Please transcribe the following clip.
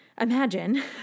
imagine